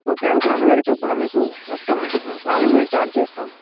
ఒక క్యాబకి రెండు వేల చొప్పున మీకు మొత్తం నాలుగు వేలు ఛార్జ్ చేస్తాం